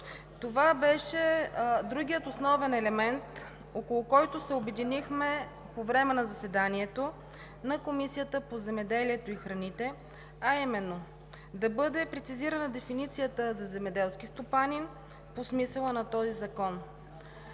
Това беше другият основен елемент, около който се обединихме по време на заседанието на Комисията по земеделието и храните, а именно да бъде прецизирана дефиницията за „Земеделски стопанин“ по смисъла на този закон.